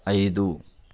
ఐదు